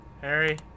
Harry